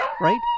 right